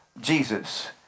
Jesus